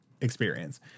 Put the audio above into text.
experience